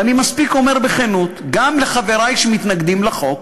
ואני אומר בכנות, גם לחברי שמתנגדים לחוק,